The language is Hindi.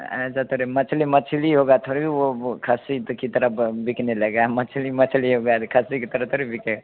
अ ऐसा थोड़ी मछली मछली होगा थोड़ी वो वो खस्सी त की तरह ब बिकने लगेगा मछली मछली हो गया त खस्सी के तरह थोड़ी बिके